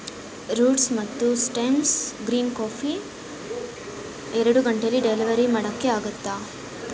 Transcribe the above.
roots ಮತ್ತು stems green coffee ಎರಡು ಗಂಟೇಲಿ ಡೆಲಿವರಿ ಮಾಡೋಕ್ಕೆ ಆಗುತ್ತಾ